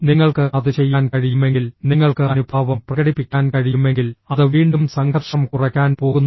നിങ്ങൾക്ക് അത് ചെയ്യാൻ കഴിയുമെങ്കിൽ നിങ്ങൾക്ക് അനുഭാവം പ്രകടിപ്പിക്കാൻ കഴിയുമെങ്കിൽ അത് വീണ്ടും സംഘർഷം കുറയ്ക്കാൻ പോകുന്നു